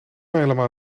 helemaal